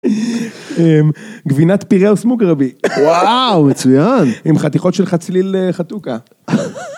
גבינת פיראוס מוגרבי, וואו מצוין, עם חתיכות של חצליל חתוכה.